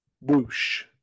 Whoosh